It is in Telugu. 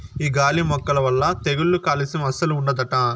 ఈ గాలి మొక్కల వల్ల తెగుళ్ళు కాలుస్యం అస్సలు ఉండదట